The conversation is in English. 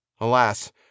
Alas